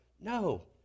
No